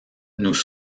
nous